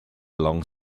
along